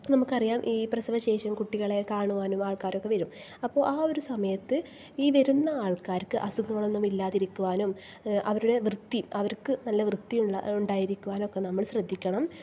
നമുക്കറിയാം ഈ പ്രസവശേഷം കുട്ടികളെ കാണുവാനും ആൾക്കാരൊക്കെ വരും അപ്പോൾ ആ ഒരു സമയത്ത് ഈ വരുന്ന ആൾക്കാർക്ക് അസുഖങ്ങളൊക്കെ ഇല്ലാതിരിക്കുവാനും അവരുടെ വൃത്തി അവർക്ക് നല്ല വൃത്തിയുണ്ടായിരിക്കുവാനുമൊക്കെ നമ്മൾ ശ്രദ്ധിക്കണം